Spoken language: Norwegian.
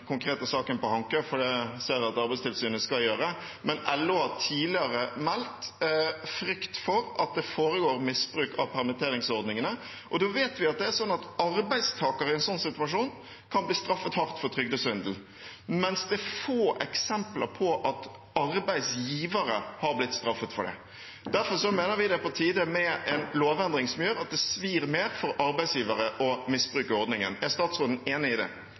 konkrete saken på Hankø, for det ser jeg at Arbeidstilsynet skal gjøre, men LO har tidligere meldt frykt for at det foregår misbruk av permitteringsordningene. Da vet vi det er sånn at arbeidstakere i en sånn situasjon kan bli straffet hardt for trygdesvindel, mens det er få eksempler på at arbeidsgivere har blitt straffet for det. Derfor mener vi det er på tide med en lovendring som gjør at det svir mer for arbeidsgivere å misbruke ordningen. Er statsråden enig i det?